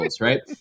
right